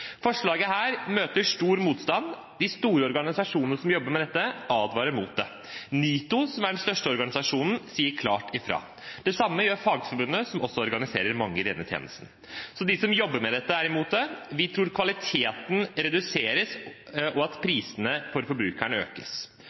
møter stor motstand. De store organisasjonene som jobber med dette, advarer mot det. NITO, som er den største organisasjonen, sier klart fra. Det samme gjør Fagforbundet, som også organiserer mange i denne tjenesten. Så de som jobber med dette, er imot det. Vi tror kvaliteten reduseres, og at prisene for